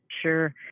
Sure